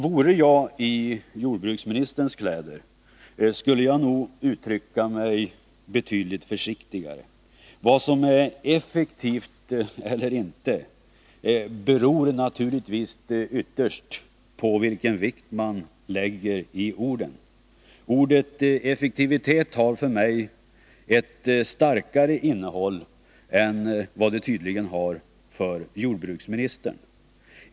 Vore jag i jordbruksministerns kläder, skulle jag nog uttrycka mig betydligt försiktigare. Vad som är effektivt eller inte beror naturligtvis ytterst på vilken vikt man lägger i orden. Ordet effektivitet har för mig ett starkare innehåll än det tydligen har för jordbruksministern.